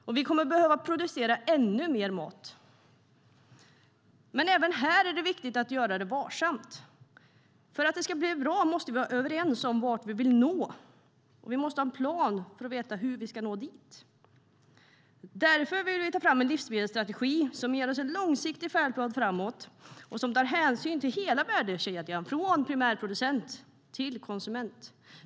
Och vi kommer att behöva producera ännu mer mat. Men även här är det viktigt att göra det varsamt. För att det ska bli bra måste vi vara överens om vart vi vill nå. Och vi måste ha en plan för att veta hur vi ska nå dit. Därför vill vi ta fram en livsmedelsstrategi som ger oss en långsiktig färdplan framåt och som tar hänsyn till hela värdekedjan från primärproducent till konsument.